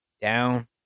down